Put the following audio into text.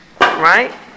Right